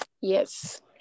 Yes